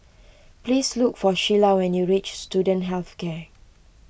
please look for Sheilah when you reach Student Health Care